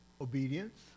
Obedience